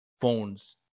phones